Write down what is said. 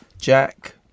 Jack